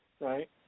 right